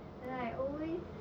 and then I always